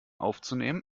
aufzunehmen